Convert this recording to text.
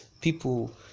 people